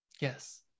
Yes